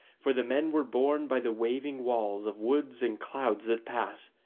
for the men were borne by the waving walls of woods and clouds that pass,